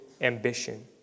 ambition